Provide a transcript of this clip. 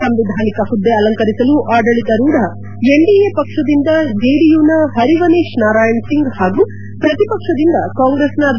ಸಂವಿಧಾನಿಕ ಹುದ್ಗೆ ಅಲಂಕರಿಸಲು ಆದಳಿತಾರೂಢ ಎನ್ಡಿಎ ಪಕ್ಷದಿಂದ ಜೆಡಿಯುನ ಹರಿವನೇಶ್ ನಾರಾಯಣ್ ಸಿಂಗ್ ಹಾಗೂ ಪ್ರತಿಪಕ್ಷದಿಂದ ಕಾಂಗ್ರೆಸ್ನ ಬಿ